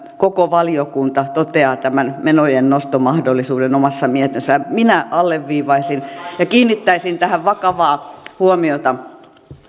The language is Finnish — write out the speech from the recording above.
koko valiokunta toteaa tämän menojen noston mahdollisuuden omassa mietinnössään minä alleviivaisin ja kiinnittäisin tähän vakavaa huomiota